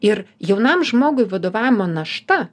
ir jaunam žmogui vadovavimo našta